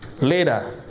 later